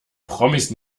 promis